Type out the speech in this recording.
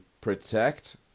protect